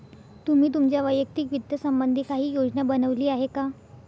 तुम्ही तुमच्या वैयक्तिक वित्त संबंधी काही योजना बनवली आहे का?